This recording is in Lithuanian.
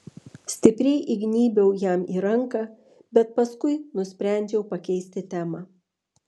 stipriai įgnybiau jam į ranką bet paskui nusprendžiau pakeisti temą